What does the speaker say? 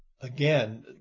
again